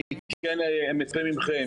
אני כן מצפה ממכם,